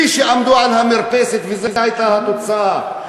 מי שעמדו על המרפסת, וזו הייתה התוצאה.